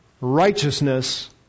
righteousness